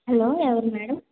hello ఎవరు madam